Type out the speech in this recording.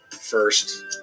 first